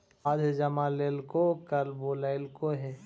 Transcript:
आज जमा लेलको कल बोलैलको हे?